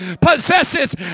possesses